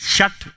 Shut